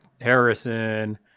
Harrison